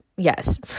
Yes